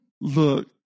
Look